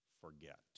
forget